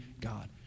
God